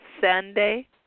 Sunday